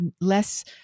less